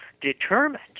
determined